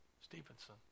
Stevenson